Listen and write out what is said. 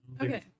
Okay